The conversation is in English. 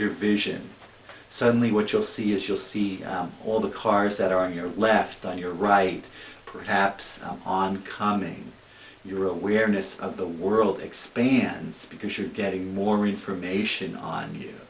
your vision suddenly what you'll see is you'll see all the cars that are in your left on your right perhaps on calming your awareness of the world expands because you're getting more information on you